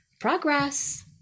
progress